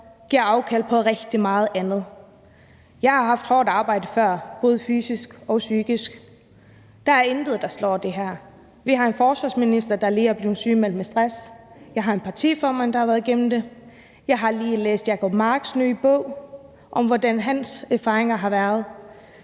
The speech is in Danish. giver afkald på rigtig meget andet. Jeg har haft hårdt arbejde før, både fysisk og psykisk, men der er intet, der slår det her. Vi har en forsvarsminister, der lige er blevet sygemeldt med stress; jeg har en partiformand, der har været igennem det; jeg har lige læst Jacob Marks nye bog om, hvordan hans erfaringer har været.